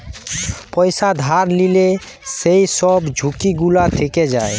পয়সা ধার লিলে যেই সব ঝুঁকি গুলা থিকে যায়